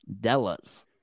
Della's